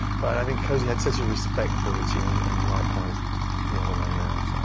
but i think cozy had such a respect for ritchie and and likewise the other way around.